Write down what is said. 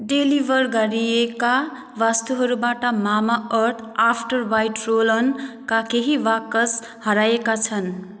deliver गरिएका वस्तुहरूबाट Mamaearth after bite roll अनका केही बाकस हराएका छन्